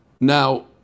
Now